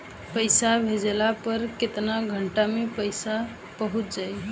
पैसा भेजला पर केतना घंटा मे पैसा चहुंप जाई?